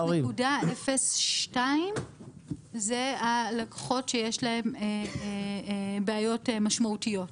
0.02% הם הלקוחות שיש להם בעיות משמעותיות.